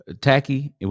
Tacky